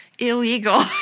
Illegal